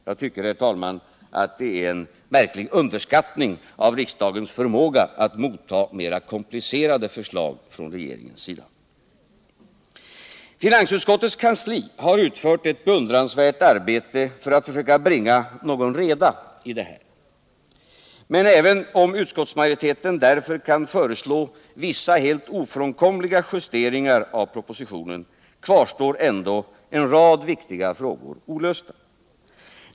Jag tycker, herr talman, det är en märklig underskattning av riksdagens förmåga att motta mer komplicerade förslag från regeringen. Finansutskottets kansli har utfört ett beundransvärt arbete för att försöka bringa någon reda i det här. Men även om utskottsmajoriteten därför kan föreslå vissa helt ofrånkomliga justeringar av propositionen, kvarstår ändå en rad viktiga problem olösta.